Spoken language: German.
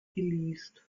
geleast